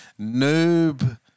noob